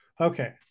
Okay